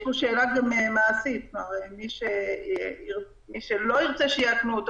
יש פה גם שאלה מעשית: מי שלא ירצה שיאכנו אותו,